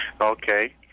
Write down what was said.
Okay